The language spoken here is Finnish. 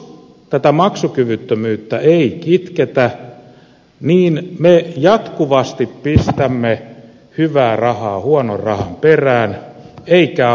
jos tätä maksukyvyttömyyttä ei kitketä niin me jatkuvasti pistämme hyvää rahaa huonon rahan perään eikä auta